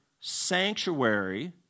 sanctuary